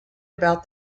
about